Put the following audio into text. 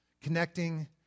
Connecting